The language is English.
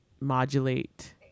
modulate